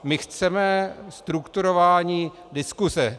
My chceme strukturování diskuse.